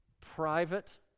private